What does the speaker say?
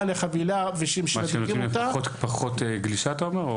לחבילה כשמשדרגים אותה --- נותנים להם פחות גלישה אתה אומר,